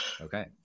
okay